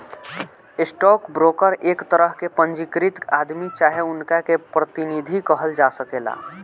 stock broker एक तरह के पंजीकृत आदमी चाहे उनका के प्रतिनिधि कहल जा सकेला